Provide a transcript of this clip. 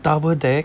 double deck